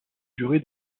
durée